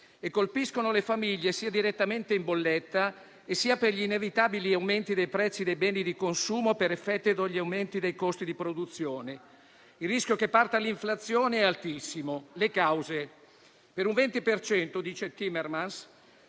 e colpiscono le famiglie, sia direttamente in bolletta sia per gli inevitabili aumenti dei prezzi dei beni di consumo per effetto degli aumenti dei costi di produzione. Il rischio che parta l'inflazione è altissimo. Le cause: per il 20 per cento